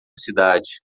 cidade